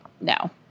No